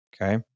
Okay